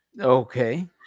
Okay